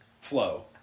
flow